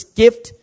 gift